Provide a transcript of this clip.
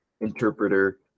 interpreter